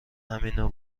همینو